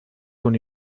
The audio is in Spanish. con